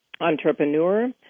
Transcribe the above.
entrepreneur